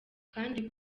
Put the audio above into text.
kandi